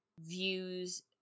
views